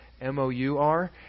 M-O-U-R